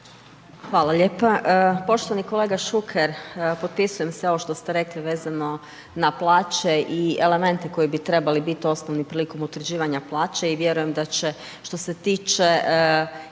Hvala lijepo. Poštovani kolega Šuker, potpisujem sve ovo što ste rekli vezano na plaće i elemente koji bi trebali biti osnovani prilikom utvrđivanja plaća i vjerujem da će što se tiče